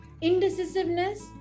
indecisiveness